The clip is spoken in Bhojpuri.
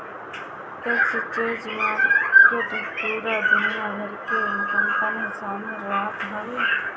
एक्सचेंज मार्किट पूरा दुनिया भर के कंपनी शामिल रहत हवे